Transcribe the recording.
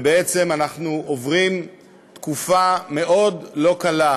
ואנחנו עוברים תקופה מאוד לא קלה,